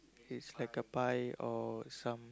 is like a pie or some